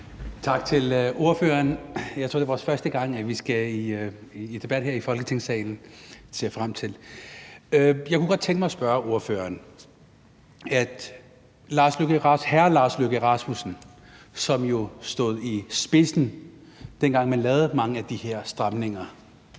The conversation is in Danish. Tak til ordføreren. Jeg tror, det er første gang, vi skal debattere her i Folketingssalen, og det ser jeg frem til. Jeg kunne godt tænke mig at stille ordføreren et spørgsmål. Hr. Lars Løkke Rasmussen, som jo stod i spidsen for det, dengang man lavede mange af de her stramninger,